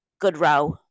Goodrow